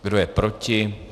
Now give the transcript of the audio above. Kdo je proti?